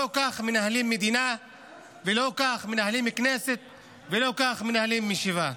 לא כך מנהלים מדינה ולא כך מנהלים כנסת ולא כך מנהלים ישיבה.